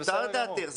זה בסדר גמור.